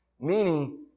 Meaning